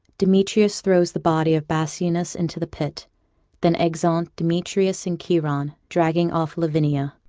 demetrius throws the body of bassianus into the pit then exeunt demetrius and chiron, dragging off lavinia